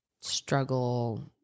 struggle